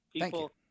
people